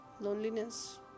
loneliness